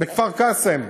בכפר-קאסם,